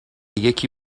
یکی